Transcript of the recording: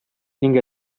ning